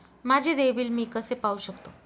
माझे देय बिल मी कसे पाहू शकतो?